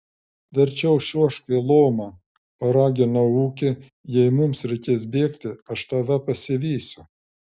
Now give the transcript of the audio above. verčiau čiuožk į lomą paraginau ūkį jei mums reikės bėgti aš tave pasivysiu